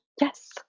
yes